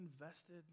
invested